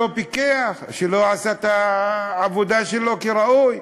שלא פיקח ולא עשה את העבודה שלו כראוי?